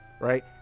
right